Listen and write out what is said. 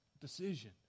decision